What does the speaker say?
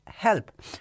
help